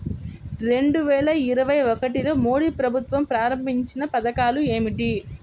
రెండు వేల ఇరవై ఒకటిలో మోడీ ప్రభుత్వం ప్రారంభించిన పథకాలు ఏమిటీ?